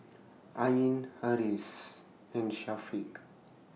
Ain Harris and Syafiq